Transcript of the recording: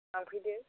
लांफैदो